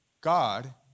God